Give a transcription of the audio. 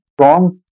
strong